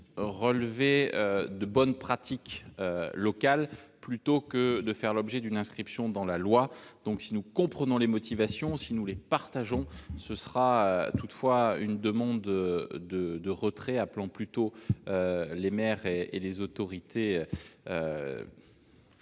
relever de bonnes pratiques locales plutôt que de faire l'objet d'une inscription dans la loi, donc si nous comprenons les motivations, si nous les partageons ce sera toutefois une demande de retrait, appelant plutôt les maires et et les autorités.